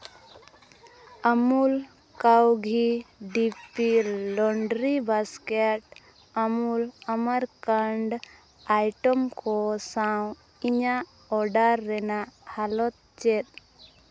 ᱟᱢᱩᱞ cow ghee ᱰᱤ ᱯᱤ laundry basket Amul ᱟᱢᱟᱨᱠᱟᱱᱰ ᱟᱭᱴᱮᱢ ᱠᱚ ᱥᱟᱶ ᱤᱧᱟᱹᱜ ᱚᱰᱟᱨ ᱨᱮᱱᱟᱜ ᱦᱟᱞᱚᱛ ᱪᱮᱫ